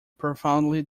profoundly